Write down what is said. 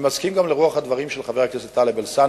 אני מסכים גם עם רוח הדברים של חבר הכנסת טלב אלסאנע,